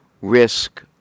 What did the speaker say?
risk